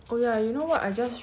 I just read that right